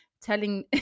Telling